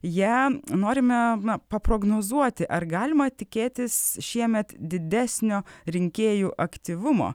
ją norime na paprognozuoti ar galima tikėtis šiemet didesnio rinkėjų aktyvumo